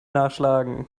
nachschlagen